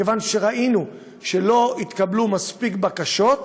מכיוון שראינו שלא התקבלו מספיק בקשות,